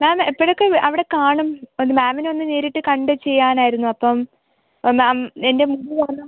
മേം എപ്പോഴൊക്കെ അവിടെ കാണും ഒന്ന് മേമിനെ ഒന്ന് നേരിട്ട് കണ്ട് ചെയ്യാനായിരുന്നു അപ്പോള് മേം എൻ്റെ മുഖം ആണ്